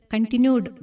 Continued